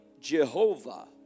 Jehovah